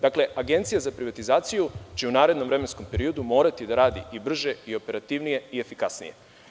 Dakle, Agencija za privatizaciju će u narednom vremenskom periodu morati da radi i brže i operativnije i efikasnije.